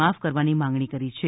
માફ કરવાની માંગણી કરી છે